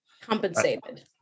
Compensated